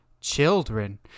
children